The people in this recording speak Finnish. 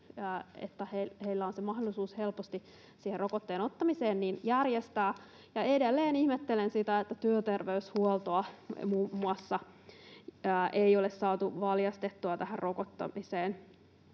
jossa heillä on mahdollisuus helposti siihen rokotteen ottamiseen. Edelleen ihmettelen sitä, että muun muassa työterveyshuoltoa ei ole saatu valjastettua tähän rokottamiseen.